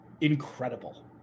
incredible